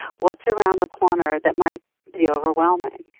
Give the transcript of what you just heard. what's around the corner that might be overwhelming?